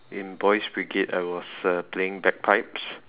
in boys brigade I was uh playing bagpipes